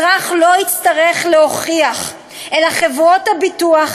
אזרח לא יצטרך להוכיח אלא חברות הביטוח